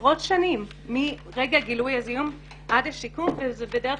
עשרות שנים מרגע גילוי הזיהום עד השיקום וזה בדרך